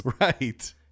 Right